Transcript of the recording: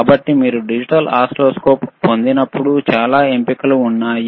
కాబట్టి మీరు digital oscilloscope పొందినప్పుడు చాలా ఎంపికలు ఉన్నాయి